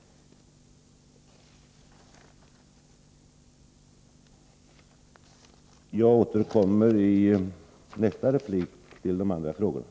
Jag återkommer i nästa replik till de andra frågorna.